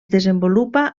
desenvolupa